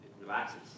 relaxes